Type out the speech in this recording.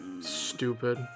Stupid